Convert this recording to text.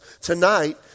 Tonight